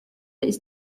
ist